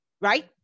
right